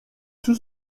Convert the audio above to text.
tout